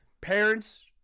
parents